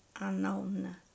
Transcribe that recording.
Unknown